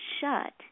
shut